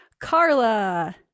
Carla